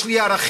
יש לי ערכים.